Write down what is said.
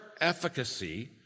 efficacy